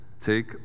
take